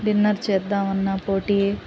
dinner చేద్దామన్నా పోటీ